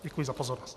Děkuji za pozornost.